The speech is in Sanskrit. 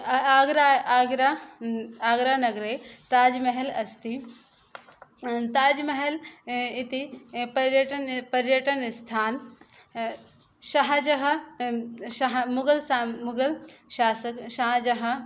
आ आगरा आगरा आगरानगरे ताज्महल् अस्ति ताज्महल् इति पर्यटन पर्यटनस्थानं शाहजः शाह मुगलसाम मुगल् शास शाहजहां